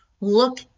look